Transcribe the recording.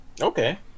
Okay